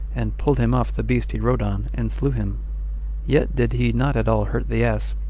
and pulled him off the beast he rode on, and slew him yet did he not at all hurt the ass,